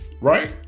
right